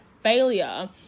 failure